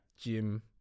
gym